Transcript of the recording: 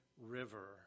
River